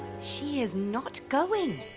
she is not going